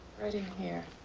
right in here.